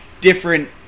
different